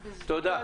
תודה.